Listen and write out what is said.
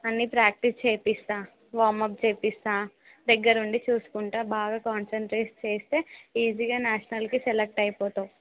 అన్ని ప్రాక్టీస్ చేపిస్తాను వామ్అప్ చేపిస్తాను దగ్గర నుండి చూసుకుంటాను బాగా కాన్సన్ట్రేట్ చేస్తే ఈజీగా న్యాషనల్కి సెలెక్ట్ అయిపోతావు